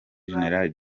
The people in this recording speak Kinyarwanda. general